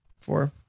Four